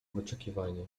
wyczekiwania